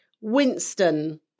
Winston